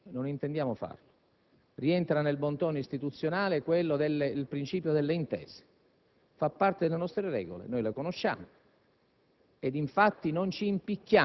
non volevamo fare questo, non intendiamo farlo. Rientra nel *bon* *ton* istituzionale il principio delle intese, fa parte delle nostre regole; noi le conosciamo,